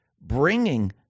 bringing